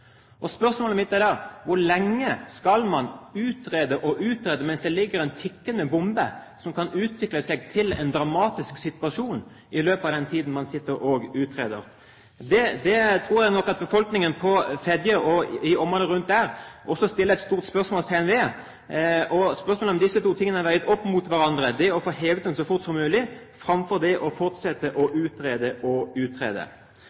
Spørsmålet mitt er da: Hvor lenge skal man utrede og utrede mens det ligger en tikkende bombe der, som kan utvikle seg til en dramatisk situasjon i løpet av den tiden man sitter og utreder? Det tror jeg nok at befolkningen på Fedje og i området rundt også setter et stort spørsmålstegn ved. Spørsmålet er om disse to tingene er veid opp mot hverandre – det å få hevet den så fort som mulig framfor det å fortsette å utrede